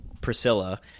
priscilla